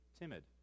timid